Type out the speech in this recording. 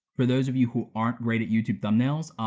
for those of you who aren't great at youtube thumbnails,